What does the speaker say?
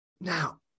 Now